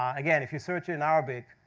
um again, if you search in arabic,